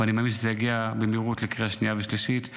ואני מאמין שזה יגיע במהירות לקריאה שנייה ושלישית.